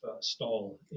stall